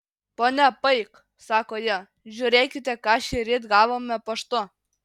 ponia paik sako ji žiūrėkite ką šįryt gavome paštu